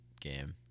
game